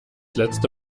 letzte